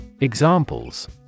Examples